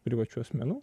privačių asmenų